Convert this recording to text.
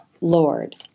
Lord